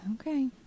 Okay